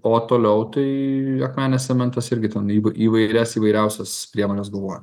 o toliau tai akmenės cementas irgi ten įvairias įvairiausias priemones galvoja